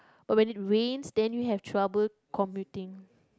but when it rains then you have trouble commuting